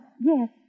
yes